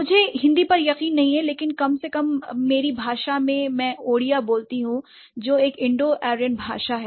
मुझे हिंदी पर यकीन नहीं है लेकिन कम से कम मेरी भाषा में मैं ओडिया बोलती हूं जो एक इंडो आर्यन भाषा है